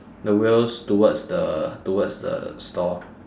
the wheels towards the towards the store